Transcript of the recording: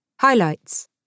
Highlights